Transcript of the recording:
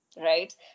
right